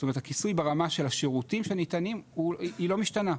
זאת אומרת הכיסוי ברמה של השירותים שניתנים היא לא משתנה,